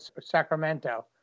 Sacramento